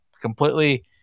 completely